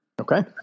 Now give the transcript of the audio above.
Okay